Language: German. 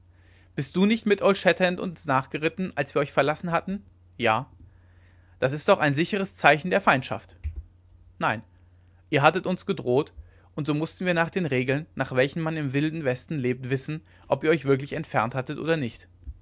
bist du nicht mit old shatterhand uns nachgeritten als wir euch verlassen hatten ja das ist doch ein sicheres zeichen der feindschaft nein ihr hattet uns gedroht und so mußten wir nach den regeln nach welchen man im wilden westen lebt wissen ob ihr euch wirklich entfernt hattet oder nicht